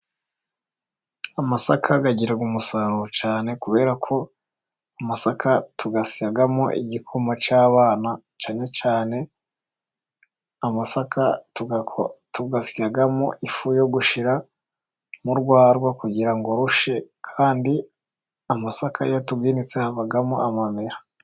Amasaka agira umusaruro cyane kubera ko amasaka tuyasyamo igikoma cy'abana, cyane cyane amasaka tuyasyamo ifu yo gushyira mu rwarwa kugira ngo rushye, kandi amasaka iyo tuyinitse havamo amamera.